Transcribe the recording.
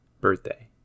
Birthday